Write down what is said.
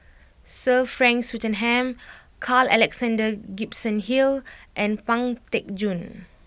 Sir Frank Swettenham Carl Alexander Gibson Hill and Pang Teck Joon